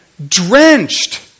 Drenched